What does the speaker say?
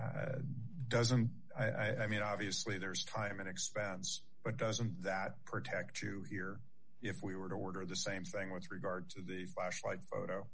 question doesn't i've mean obviously there's time and expense but doesn't that protect you here if we were to order the same thing with regard to the flashlight photo